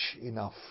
enough